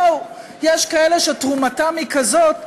בואו, יש כאלה שתרומתם היא כזאת שאין,